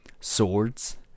swords